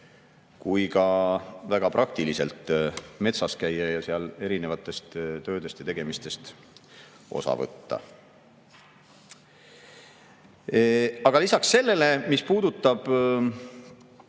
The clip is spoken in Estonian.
kui ka väga praktiliselt metsas käia ja seal erinevatest töödest ja tegemistest osa võtta. Aga lisaks sellele, mis puudutab